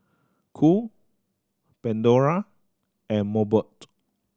Cool Pandora and Mobot